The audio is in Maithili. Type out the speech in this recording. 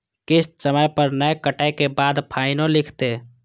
किस्त समय पर नय कटै के बाद फाइनो लिखते?